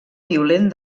violent